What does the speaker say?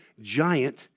giant